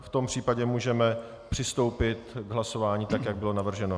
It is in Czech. V tom případě můžeme přistoupit k hlasování tak, jak bylo navrženo.